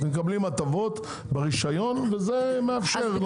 אתם מקבלים הטבות ברישיון וזה מאפשר לנו לעשות דברים.